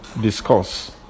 discuss